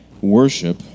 Worship